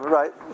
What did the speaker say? right